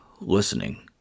listening